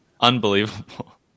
Unbelievable